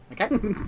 okay